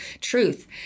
truth